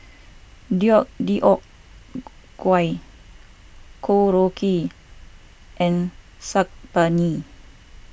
Deodeok Gui Korokke and Saag Paneer